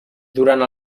durant